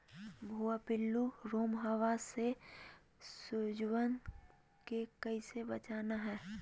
भुवा पिल्लु, रोमहवा से सिजुवन के कैसे बचाना है?